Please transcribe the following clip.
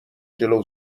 جلو